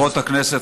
חברות הכנסת,